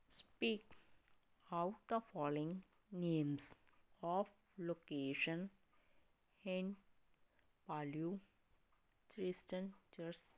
speak out the following names of location hint palio chesten chars